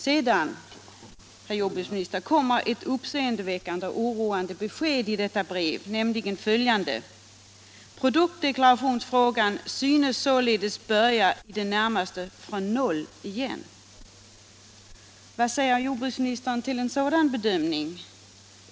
Sedan, herr jordbruksministern, kommer ett uppseendeväckande och oroande besked i detta brev: ”Produktdeklarationsfrågan synes sålunda börja i det närmaste från noll igen.” Vad säger herr jordbruksministern om en sådan bedömning?